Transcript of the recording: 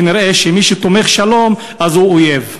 כנראה מי שתומך שלום הוא אויב.